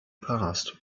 passed